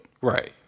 Right